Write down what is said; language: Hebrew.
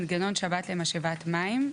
מנגנון שבת למשאבת מים),